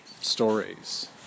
stories